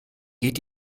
geht